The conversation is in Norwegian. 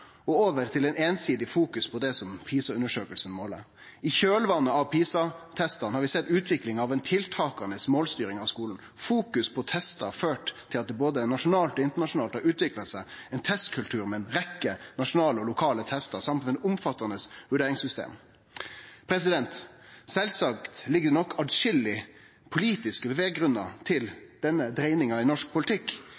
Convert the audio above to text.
og over til eit einsidig fokus på det som PISA-undersøkinga måler. I kjølvatnet av PISA-testane har vi sett utvikling av ei auka målstyring av skulen. Fokus på testar har ført til at det både nasjonalt og internasjonalt har utvikla seg ein testkultur med ei rekkje nasjonale og lokale testar samt eit omfattande vurderingssystem. Sjølvsagt ligg det nok atskillege politiske